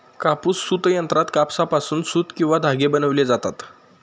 कापूस सूत यंत्रात कापसापासून सूत किंवा धागे बनविले जातात